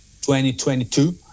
2022